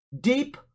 Deep